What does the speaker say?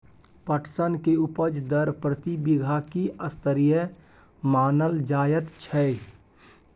पटसन के उपज दर प्रति बीघा की स्तरीय मानल जायत छै?